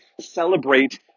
celebrate